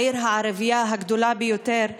העיר הערבית הגדולה ביותר בסגר.